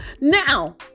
Now